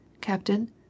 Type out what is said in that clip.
Captain